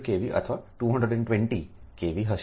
તે 400 kV અથવા 220 kV હશે